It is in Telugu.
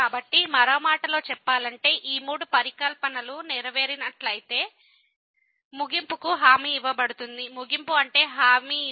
కాబట్టి మరో మాటలో చెప్పాలంటే ఈ మూడు పరికల్పనలు నెరవేరినట్లయితే ముగింపుకు హామీ ఇవ్వబడుతుంది ముగింపు అంటే హామీ ఇవ్వబడిన fc0